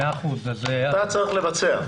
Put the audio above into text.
אתה צריך לבצע.